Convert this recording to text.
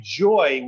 joy